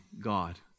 God